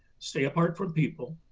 stay apart from people,